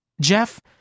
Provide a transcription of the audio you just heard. Jeff